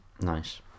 nice